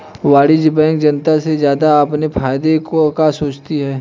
वाणिज्यिक बैंक जनता से ज्यादा अपने फायदे का सोचती है